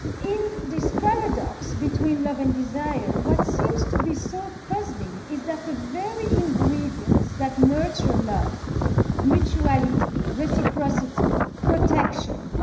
in this paradox between love and desire, what seems to be so puzzling is that the very ingredients that nurture love mutuality, reciprocity, protection,